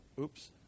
oops